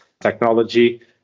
technology